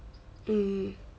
mm